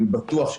אני בטוח,